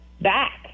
back